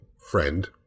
friend